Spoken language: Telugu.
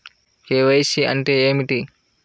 కే.వై.సి అంటే ఏమిటి?